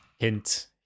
hint